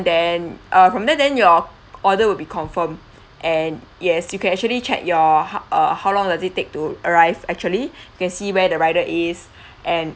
then uh from there then your order will be confirm and yes you can actually check your h~ uh how long does it take to arrived actually you can see where the rider is and